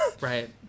Right